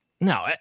No